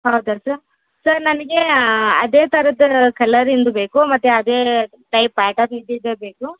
ಹೌದ sir sir ನನಗೆ ಅದೇ ಥರದ್ ಕಲರಿಂದು ಬೇಕು ಮತ್ತು ಅದೇ ಟೈಪ್ ಪ್ಯಾಟರ್ನ್ ಇದ್ದಿದೆ ಬೇಕು